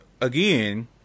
again